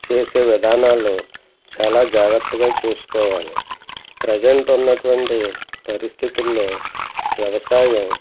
చేసే విధానాలు చాలా జాగ్రత్తగా చూసుకోవాలి ప్రజెంట్ ఉన్నటువంటి పరిస్థితుల్లో వ్యవసాయం